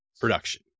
production